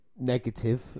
negative